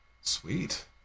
Sweet